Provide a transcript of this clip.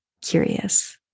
curious